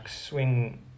swing